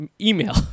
email